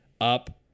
up